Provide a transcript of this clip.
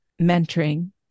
mentoring